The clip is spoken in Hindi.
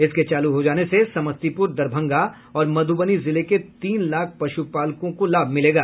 इसके चालू हो जाने से समस्तीपुर दरभंगा और मधुबनी जिले के तीन लाख पशुपालकों को लाभ मिलेगा